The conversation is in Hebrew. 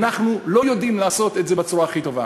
אנחנו לא יודעים לעשות את זה בצורה הכי טובה.